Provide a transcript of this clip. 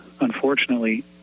unfortunately